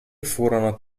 furono